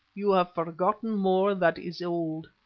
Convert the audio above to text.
you have forgotten more that is old.